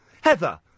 Heather